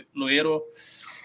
Luero